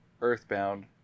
Earthbound